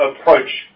approach